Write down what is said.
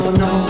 no